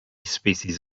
species